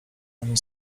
nami